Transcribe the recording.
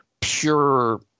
pure